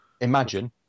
Imagine